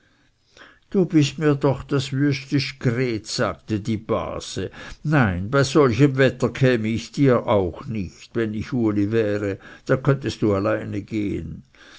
du bist mir doch das wüstest gret sagte die base nein bei solchem wetter käme ich dir auch nicht wenn ich uli wäre da könntest du alleine gehen